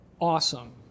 awesome